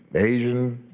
asian,